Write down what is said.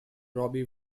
robbie